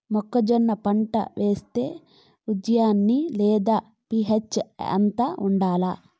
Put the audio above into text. మొక్కజొన్న పంట వేస్తే ఉజ్జయని లేదా పి.హెచ్ ఎంత ఉండాలి?